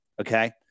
okay